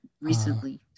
recently